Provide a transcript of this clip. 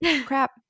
crap